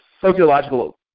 sociological